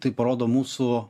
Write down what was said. tai parodo mūsų